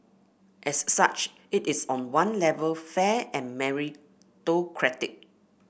as such it is on one level fair and meritocratic